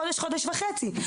הוא של חודש-חודש וחצי.